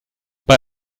bei